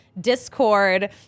Discord